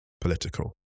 political